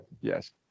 yes